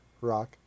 Rock